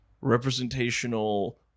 representational